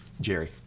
Jerry